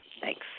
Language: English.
Thanks